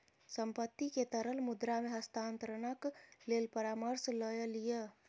संपत्ति के तरल मुद्रा मे हस्तांतरणक लेल परामर्श लय लिअ